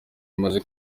rimaze